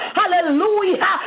hallelujah